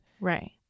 Right